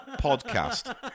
podcast